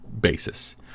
basis